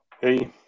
Hey